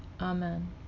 Amen